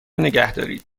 نگهدارید